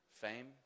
Fame